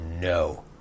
no